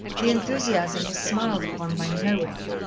the enthusiasm was smiled upon by no one,